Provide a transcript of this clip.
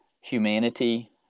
humanity